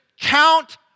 count